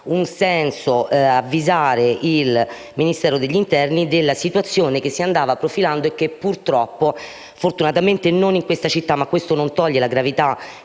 un senso avvisare il Ministero dell'interno della situazione che si andava profilando e che purtroppo si è verificata, fortunatamente non in questa città (ma questo nulla toglie alla gravità